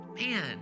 man